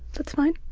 that's fine.